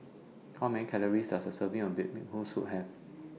How Many Calories Does A Serving of Bee Hoon Soup Have